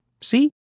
See